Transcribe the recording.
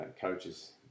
coaches